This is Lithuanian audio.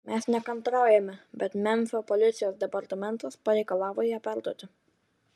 mes nekantraujame bet memfio policijos departamentas pareikalavo ją perduoti